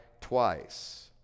twice